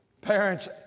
Parents